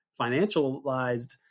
financialized